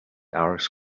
hours